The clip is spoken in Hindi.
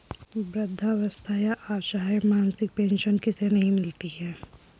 वृद्धावस्था या असहाय मासिक पेंशन किसे नहीं मिलती है?